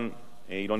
היא לא נמצאת כאן היום,